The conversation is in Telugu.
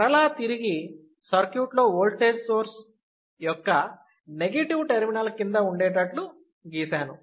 మరలా తిరిగి సర్క్యూట్లో ఓల్టేజ్ సోర్స్ యొక్క నెగెటివ్ టెర్మినల్ కింద ఉండేటట్లు గీశాను